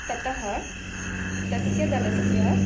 ततः तस्य दलस्य